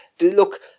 Look